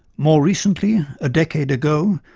more recently, a decade ago,